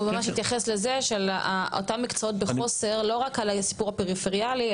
הוא ממש התייחס לזה שאותם מקצועות בחוסר לא רק הסיפור הפריפריאלי,